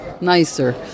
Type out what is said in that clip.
nicer